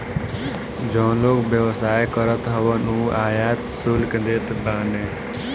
जवन लोग व्यवसाय करत हवन उ आयात शुल्क देत बाने